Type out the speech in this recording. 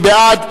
מי בעד?